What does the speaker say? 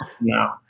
no